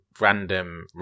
random